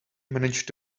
managed